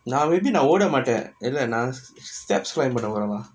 நா:naa maybe நா ஓட மாட்ட இல்ல நா:naa odea maata illa naa steps climb பன்னுவ:pannuva